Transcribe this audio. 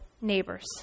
neighbors